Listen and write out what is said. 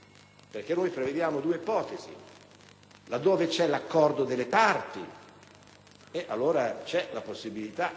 esso si prevedono due ipotesi. Laddove c'è l'accordo delle parti, c'è la possibilità